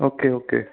okay okay